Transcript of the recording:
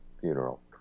funeral